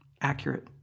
accurate